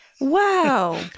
Wow